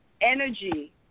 energy